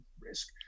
risk